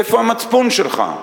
איפה המצפון שלך?